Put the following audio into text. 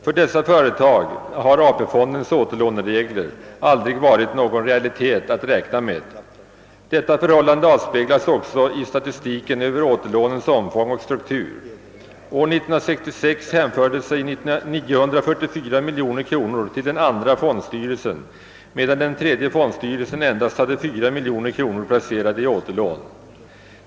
För dessa företag har AP-fondens återlåneregler aldrig varit någon realitet att räkna med. Detta förhållande avspeglas också i statistiken över återlånens omfång och struktur. År 1966 hänförde sig 944 miljoner kronor till den andra fondstyrelsen, medan den tredje fondstyrelsen endast hade 4 miljoner kronor placerade i återlån.